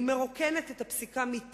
היא מרוקנת את הפסיקה מתוכן.